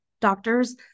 doctors